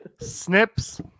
Snips